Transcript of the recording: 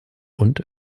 und